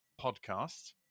podcast